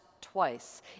twice